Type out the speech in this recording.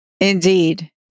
Indeed